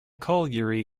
colliery